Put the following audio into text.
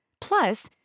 Plus